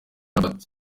albert